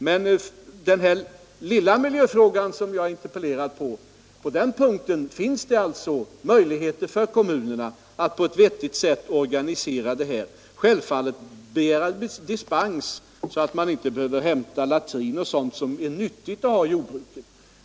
Men när det gäller den mindre miljöfråga, som jag har blivit interpellerad om, har kommunerna nu möjligheter att på ett vettigt sätt organisera hämtningen av avfallet. Självfallet kan man begära dispens, så att man inte behöver hämta latrin och liknande, som man kan göra sig nytta av i jordbruket.